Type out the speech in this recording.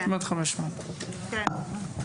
כמעט 500. כן.